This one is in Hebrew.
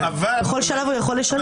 בכל שלב הוא יכול לשלם.